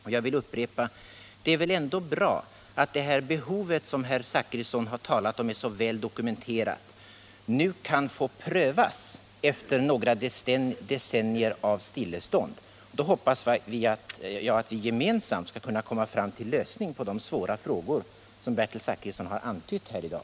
Det är väl ändå bra — jag upprepar detta — att det behov som herr Zachrisson sagt är så väl dokumenterat nu kan tillfredsställas efter decennier av stillestånd? Jag hoppas att vi gemensamt skall kunna komma fram till en lösning av de svåra problem som Bertil Zachrisson antytt här i dag.